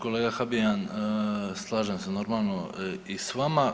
Kolega Habijan, slažem se normalno i s vama.